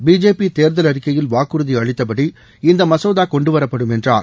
BJP தேர்தல் அறிக்கையில் வாக்குறுதி அளித்தபடி இந்த மசோதா கொண்டு வரப்படும் என்றார்